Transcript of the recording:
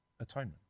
atonement